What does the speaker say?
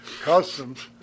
customs